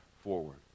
forward